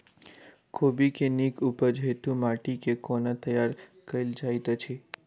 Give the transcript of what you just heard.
कोबी केँ नीक उपज हेतु माटि केँ कोना तैयार कएल जाइत अछि?